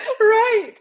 Right